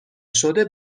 شده